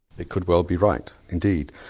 it could well be right indeed.